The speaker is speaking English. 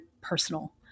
personal